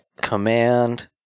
Command